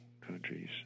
countries